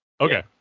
okay